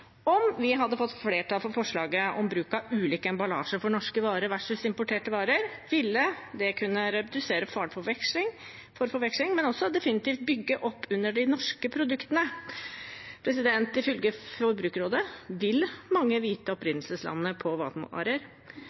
Om vi hadde fått flertall for forslaget om bruk av ulik emballasje på norske versus importerte varer, ville det kunne redusere faren for forveksling, men også definitivt bygge opp under de norske produktene. Ifølge Forbrukerrådet vil mange vite opprinnelseslandet på